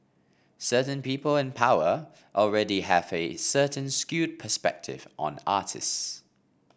certain people in power already have a certain skewed perspective on artists